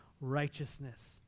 righteousness